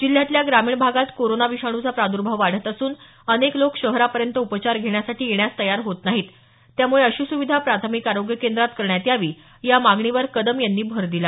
जिल्ह्यातल्या ग्रामीण भागात कोरोना विषाणूचा प्रादर्भाव वाढत असून अनेक लोक शहरापर्यंत उपचार घेण्यासाठी येण्यास तयार होत नाहीत यामुळे अशी सुविधा प्राथमिक आरोग्य केंद्रात करण्यात यावी या मागणीवर कदम यांनी भर दिला